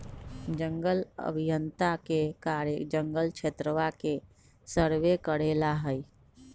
जंगल अभियंता के कार्य जंगल क्षेत्रवा के सर्वे करे ला हई